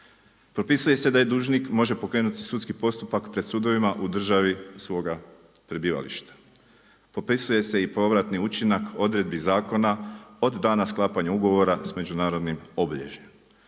Propisuje se i da dužnik može pokrenuti sudski postupak pred sudovima u državi svoga prebivališta. Propisuje se i povratni učinak odredbi zakona od dana sklapanja ugovora s međunarodnim obilježjem.